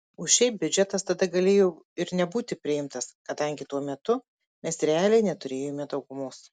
o šiaip biudžetas tada galėjo ir nebūti priimtas kadangi tuo metu mes realiai neturėjome daugumos